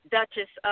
Duchess